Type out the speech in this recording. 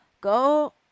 go